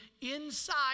inside